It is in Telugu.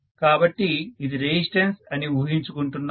కాబట్టి ఇది రెసిస్టేబుల్ అని ఊహించుకుంటున్నాను